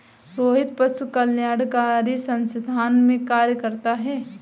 रोहित पशु कल्याणकारी संस्थान में कार्य करता है